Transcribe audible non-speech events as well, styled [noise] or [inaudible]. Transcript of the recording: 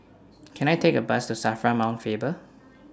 [noise] Can I Take A Bus to SAFRA Mount Faber [noise]